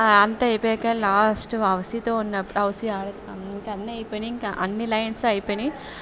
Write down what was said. అంతా అయిపోయాక లాస్ట్ హౌసీతో ఉన్నప్పుడు హౌసీ ఆడాక ఇంక అన్నీ అయిపోయినాయి ఇంక అన్నీ లైన్సు అయిపోయినాయి